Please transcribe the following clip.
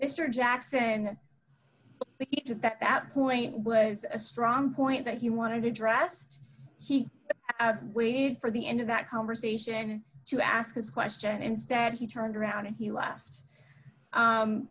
mr jackson and to that point was a strong point that he wanted addressed he waited for the end of that conversation to ask his question instead he turned around and he left